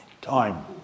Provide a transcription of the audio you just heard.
time